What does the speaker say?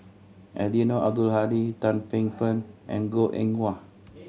Eddino Abdul Hadi Tan Paey Fern and Goh Eng Wah